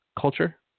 culture